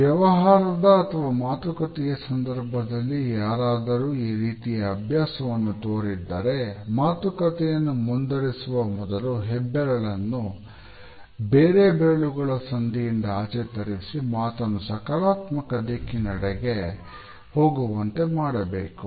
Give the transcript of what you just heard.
ವ್ಯವಹಾರದ ಅಥವಾ ಮಾತುಕತೆಯ ಸಂದರ್ಭದಲ್ಲಿ ಯಾರಾದರೂ ಈ ರೀತಿಯ ಅಭ್ಯಾಸವನ್ನು ತೋರಿದ್ದರೆ ಮಾತುಕತೆಯನ್ನು ಮುಂದುವರಿಸುವ ಮೊದಲು ಹೆಬ್ಬೆರಳನ್ನು ಬೇರೆ ಬೆರಳುಗಳ ಸಂದಿಯಿಂದ ಆಚೆ ತರಿಸಿ ಮಾತನ್ನು ಸಕಾರಾತ್ಮಕ ದಿಕ್ಕಿನೆಡೆಗೆ ಹೋಗುವಂತೆ ಮಾಡಬೇಕು